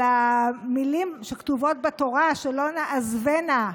המילים שכתובות בתורה, שלא נעזבנה,